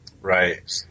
Right